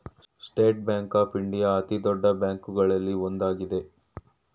state Bank of India ಅತಿದೊಡ್ಡ ಬ್ಯಾಂಕುಗಳಲ್ಲಿ ಒಂದಾಗಿದೆ